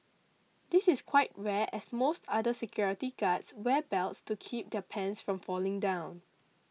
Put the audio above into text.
this is quite rare as most other security guards wear belts to keep their pants from falling down